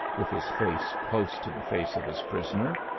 with his face close to the face of his prisoner.